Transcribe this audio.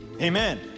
Amen